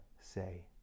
say